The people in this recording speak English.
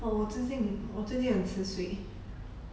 !wah! 我最近我最近很迟睡